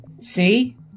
see